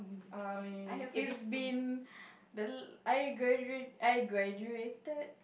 um it's been the la~ I gradua~ I graduated